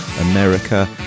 America